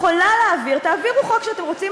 יכולה להעביר: תעבירו חוק שאתם רוצים